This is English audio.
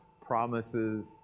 promises